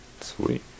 Sweet